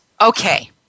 okay